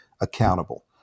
accountable